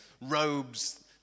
robes